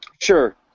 sure